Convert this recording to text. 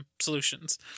solutions